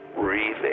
Breathing